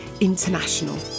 international